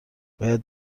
باید